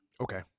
Okay